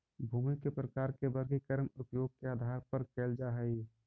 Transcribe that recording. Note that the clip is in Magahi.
भूमि के प्रकार के वर्गीकरण उपयोग के आधार पर कैल जा हइ